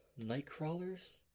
nightcrawlers